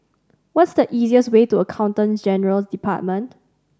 what is the easiest way to Accountant General's Department